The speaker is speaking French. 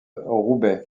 roubaix